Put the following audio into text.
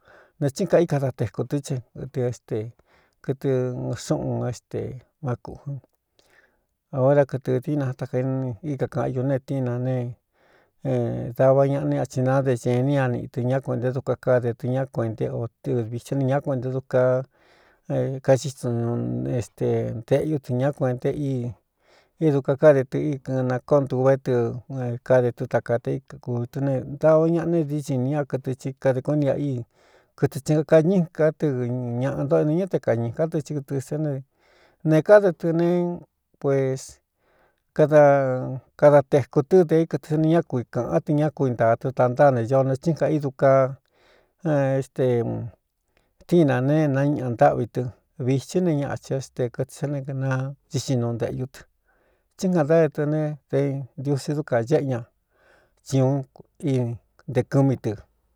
Netsín kaí kada tekū tɨ́ cheɨtɨ éste kɨtɨ xúꞌun é ste má kūꞌun óra kɨtɨ diina átaka íkakaꞌnñu netíin na ne dava ñaꞌa né atsi nade ñēní ña niꞌi tɨ ñá kuenté duka káde tɨ ñá kueꞌnté o tɨ vitsí ni ñá kuen nte duka kaxituñu éste ntēꞌyú tɨ ñá kueꞌnte íi édu ka káde tɨ í kɨɨn nakoontuvé tɨ kade tɨ takate íakūvī tɨ ne dava ñaꞌa ne é diíxi ni ña kɨtɨ ci kadē kúni a íi kɨtɨ tsin kañɨ́ká tɨ ñāꞌa nto énɨ ñáte kañīká tɨ tɨ kɨtɨ sé ne ne káde tɨ ne pues kada kada tēkū tɨ́ dēé kɨtɨ sani ñá kui kāꞌán tɨ ñá kuintaa tɨ tantáa ne ñoo ne tsín kaꞌ í du ka éste tíin nā ne nañiꞌa ntáꞌvi tɨ vīthí ne ñaꞌchin é ste kɨte sa ne naa ndixin nu nteꞌyú tɨ tsín jaꞌntáde tɨ ne dé ntiusi dúka ñéꞌe ña tsi ūún í nte kɨmi tɨ.